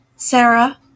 Sarah